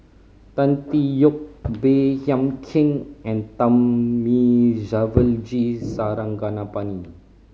Tan Tee Yoke Baey Yam Keng and Thamizhavel G Sarangapani